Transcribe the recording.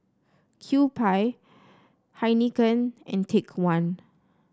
Kewpie Heinekein and Take One